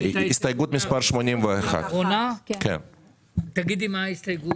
הסתייגות מספר 81. תגידי מה ההסתייגות.